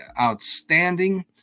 outstanding